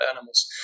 animals